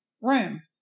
room